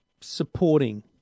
supporting